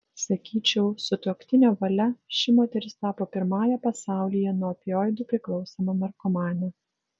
sakyčiau sutuoktinio valia ši moteris tapo pirmąja pasaulyje nuo opioidų priklausoma narkomane